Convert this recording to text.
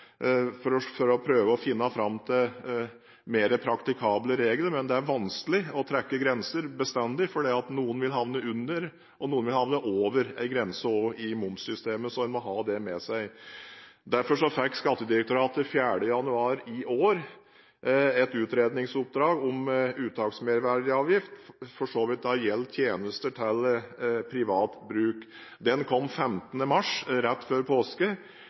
for å prøve å finne fram til mer praktikable regler. Men det er bestandig vanskelig å trekke grenser, for noen vil havne under, og noen vil havne over en grense, også i momssystemet. Så man må ha det med seg. Skattedirektoratet fikk 4. januar i år et utredningsoppdrag om uttaksmerverdiavgift, som for så vidt gjelder tjenester til privat bruk. Det kom tilbake 15. mars, rett før påske.